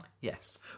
Yes